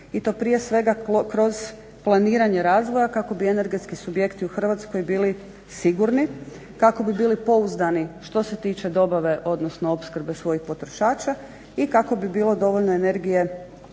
i to prije svega kroz planiranje razvoja kako bi energetski subjekti u Hrvatskoj bili sigurni, kako bi bili pouzdani što se tiče dobave, odnosno opskrbe svojih potrošača i kako bi bilo dovoljno energije